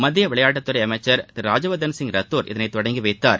மத்திய விளையாட்டுத் துறை அமைச்சர் திரு ராஜ்யவர்தன் சிங் ரத்தோர் இதனை தொடங்கி வைத்தார்